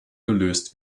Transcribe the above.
gelöst